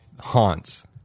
haunts